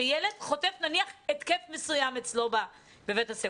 שילד חוטף נניח התקף מסוים בבית הספר.